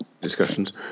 discussions